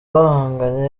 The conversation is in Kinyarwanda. bahanganye